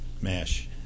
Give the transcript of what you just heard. Mash